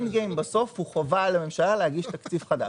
בסוף לממשלה יש חובה להגיש תקציב חדש.